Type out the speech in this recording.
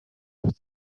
have